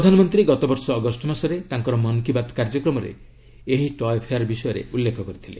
ପ୍ରଧାନମନ୍ତ୍ରୀ ଗତ ବର୍ଷ ଅଗଷ୍ଟ ମାସରେ ତାଙ୍କର ମନ୍ କି ବାତ୍ କାର୍ଯ୍ୟକ୍ରମରେ ଏହି ଟୟେ ଫେୟାର୍ ବିଷୟରେ ଉଲ୍ଲେଖ କରିଥିଲେ